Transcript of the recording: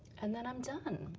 and then i'm done.